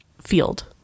field